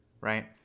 right